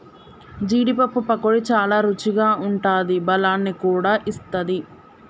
జీడీ పప్పు పకోడీ చాల రుచిగా ఉంటాది బలాన్ని కూడా ఇస్తది